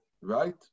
right